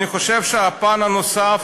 אני חושב שהפן הנוסף,